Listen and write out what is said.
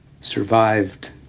survived